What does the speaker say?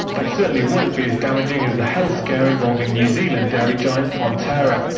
they certainly won't be as damaging as the health scare involving new zealand dairy giant fonterra.